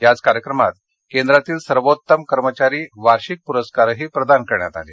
याच कार्यक्रमात केंद्रातील सर्वोत्तम कर्मचारी वार्षिक पुरस्कारही प्रदान करण्यात आले